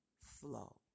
flow